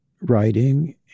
writing